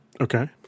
Okay